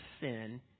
sin